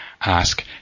ask